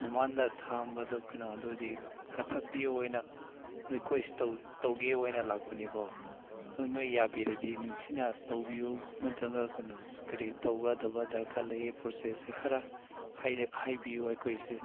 ꯃꯃꯥꯡꯗ ꯊꯪꯕꯗꯨ ꯀꯩꯅꯣꯗꯨꯗꯤ ꯀꯛꯊꯠꯄꯤꯌꯣꯅ ꯔꯤꯀ꯭ꯋꯦꯁ ꯇꯧꯒꯦ ꯑꯣꯏꯅ ꯂꯥꯛꯄꯅꯤꯀꯣ ꯑꯗꯨ ꯅꯣꯏ ꯌꯥꯕꯤꯔꯗꯤ ꯅꯨꯡꯁꯤꯅ ꯇꯧꯕꯤꯌꯨ ꯅꯠꯇ꯭ꯔꯒ ꯀꯩꯅꯣ ꯀꯔꯤ ꯇꯧꯒꯗꯕ ꯗꯔꯀꯥꯔ ꯂꯩꯌꯦ ꯄ꯭ꯔꯣꯁꯦꯁꯁꯦ ꯈꯔ ꯍꯥꯏꯕꯤꯌꯨ ꯑꯩꯈꯣꯏꯁꯦ